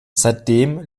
seitdem